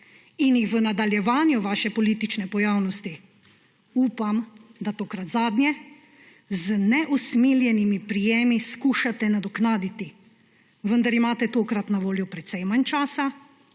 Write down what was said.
in jih v nadaljevanju vaše politične pojavnosti – upam, da tokrat zadnje – z neusmiljenimi prijemi skušate nadoknaditi, vendar imate tokrat na voljo precej manj časa,